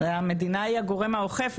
המדינה היא הגורם האוכף.